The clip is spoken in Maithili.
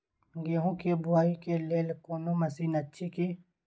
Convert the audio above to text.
गेहूँ के बुआई के लेल कोनो मसीन अछि की?